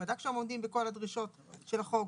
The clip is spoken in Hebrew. בדק שהם עומדים בכל הדרישות של החוק.